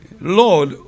Lord